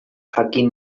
jakin